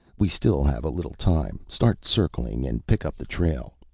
we still have a little time. start circling and pick up the trail.